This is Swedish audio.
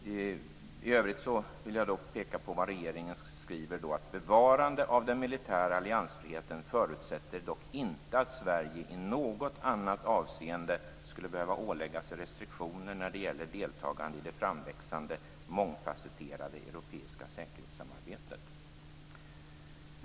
I övrigt vill jag peka på det regeringen skriver: Bevarande av den militära alliansfriheten förutsätter dock inte att Sverige i något annat avseende skulle behöva ålägga sig restriktioner när det gäller deltagande i det framväxande mångfasetterade europeiska säkerhetssamarbetet.